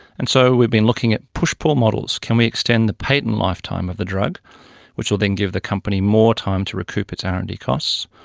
and so we've been looking at push-pull models can we extend the patent lifetime of the drug which will then give the company more time to recoup its r and d costs?